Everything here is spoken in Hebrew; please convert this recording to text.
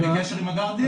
אתה בקשר עם הגרדיאן?